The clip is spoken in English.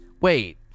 wait